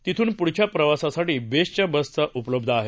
तिथून प्ढच्या प्रवासासाठी बेस्टच्या बस उपलब्ध आहेत